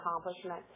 accomplishment